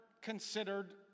considered